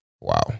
wow